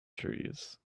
trees